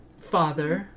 father